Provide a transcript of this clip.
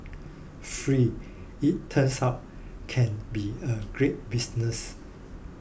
free it turns out can be a great business